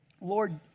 Lord